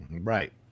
Right